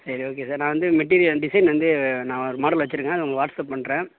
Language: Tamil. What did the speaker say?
சரி ஓகே சார் நான் வந்து மெட்டீரியல் டிசைன் வந்து நான் ஒரு மாடல் வச்சிருக்கேன் அது உங்கள் வாட்ஸ்அப் பண்ணுறேன்